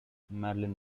marilyn